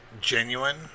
genuine